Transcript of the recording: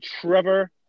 trevor